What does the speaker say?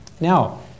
Now